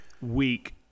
week